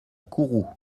kourou